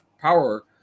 power